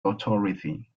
authority